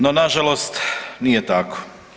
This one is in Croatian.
No na žalost nije tako.